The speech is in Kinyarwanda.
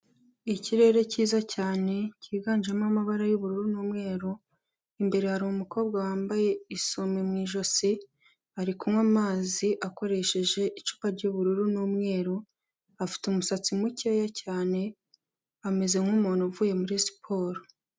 Ikirere cyiza cyane cyiganjemo amabara y'ubururu n'umweru, imbere hari umukobwa wambaye isume mu ijosi, ari kunywa amazi akoresheje icupa ry'ubururu n'umweru, afite umusatsi mukeya cyane, ameze nk'umuntu uvuye muri siporo.